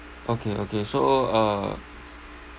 okay okay so uh